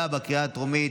הגדרת ילד נכה),